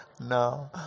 No